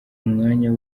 umwanya